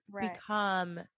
become